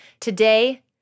Today